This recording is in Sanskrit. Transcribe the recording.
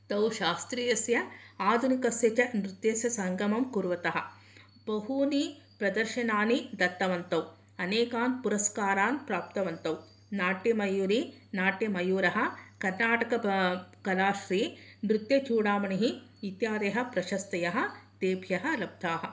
तौ शास्त्रीयस्य आधुनिकस्य च नृत्यस्य संगमं कुर्वतः बहूनि प्रदर्शनानि दत्तवन्तौ अनेकान् पुरुस्कारान् प्राप्तवन्तौ नाट्यमयूरी नाट्यमयूरः कर्नाटक कलाश्री नृत्यचूडामणिः इत्यादयः प्रस्थतयः तेभ्य लब्धाः